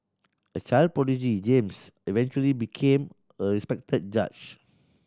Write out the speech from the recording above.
a child prodigy James eventually became a respected judge